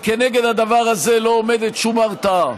כנגד הדבר הזה לא עומדת שום הרתעה.